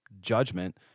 judgment